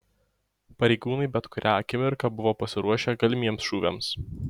pareigūnai bet kurią akimirką buvo pasiruošę galimiems šūviams